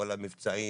כל המבצעים,